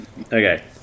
Okay